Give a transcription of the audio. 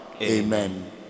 amen